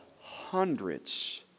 Hundreds